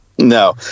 No